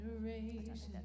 generations